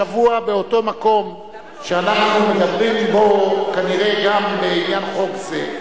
השבוע באותו מקום שאנחנו מדברים בו כנראה גם בעניין חוק זה,